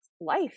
life